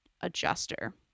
adjuster